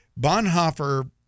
Bonhoeffer